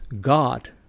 God